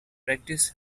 practice